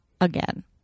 again